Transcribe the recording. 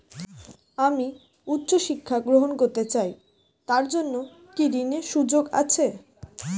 আমি উচ্চ শিক্ষা গ্রহণ করতে চাই তার জন্য কি ঋনের সুযোগ আছে?